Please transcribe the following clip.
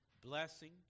blessing